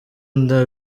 inda